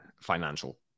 financial